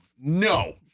no